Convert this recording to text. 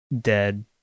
Dead